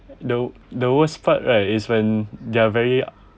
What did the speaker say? the the worst part right is when they are very